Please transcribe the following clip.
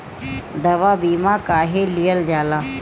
दवा बीमा काहे लियल जाला?